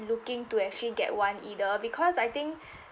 looking to actually get one either because I think